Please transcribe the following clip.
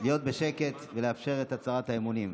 להיות בשקט ולאפשר את הצהרת האמונים.